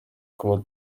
kuba